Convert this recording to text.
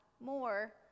more